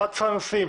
אחד עשר נושאים?